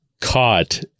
caught